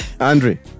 Andre